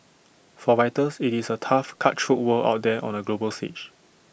for writers IT is A tough cutthroat world out there on the global stage